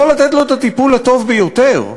יכול לתת לו את הטיפול הטוב ביותר.